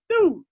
dude